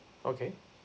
okay